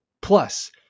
Plus